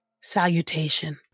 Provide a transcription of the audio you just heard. Salutation